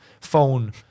phone